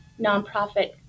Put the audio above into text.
nonprofit